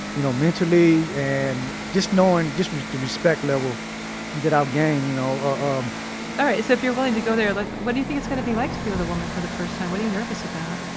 you know mentally. and just knowin', just the respect level that i've gained, you know um all right. so, if you're willing to go there, like what do you think it's gonna be like to be with a woman for the first time? what are you nervous about?